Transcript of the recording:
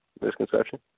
Misconception